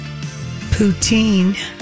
poutine